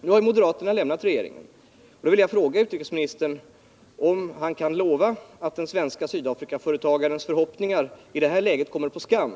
Nu har ju moderaterna lämnat regeringen. Jag vill då fråga utrikesministern, om han kan lova att den svenske Sydafrikaföretagarens förhoppningar i detta läge kommer på skam